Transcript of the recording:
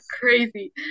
crazy